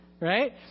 right